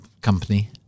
company